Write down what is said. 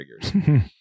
figures